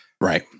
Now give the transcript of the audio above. Right